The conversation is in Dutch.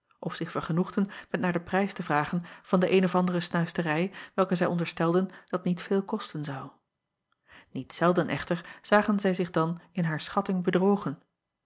of zich vergenoegden met naar den prijs te vragen van de eene of andere snuisterij welke zij onderstelden dat niet veel kosten zou iet zelden echter zagen zij zich dan in haar schatting bedrogen